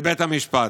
זה בית המשפט.